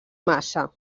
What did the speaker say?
massa